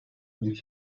bir